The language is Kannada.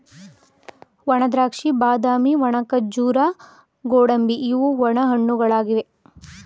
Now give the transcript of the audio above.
ಒಣದ್ರಾಕ್ಷಿ, ಬಾದಾಮಿ, ಒಣ ಖರ್ಜೂರ, ಗೋಡಂಬಿ ಇವು ಒಣ ಹಣ್ಣುಗಳಾಗಿವೆ